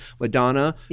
Madonna